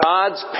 God's